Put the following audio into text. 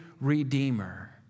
redeemer